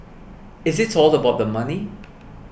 is it all about the money